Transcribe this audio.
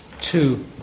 two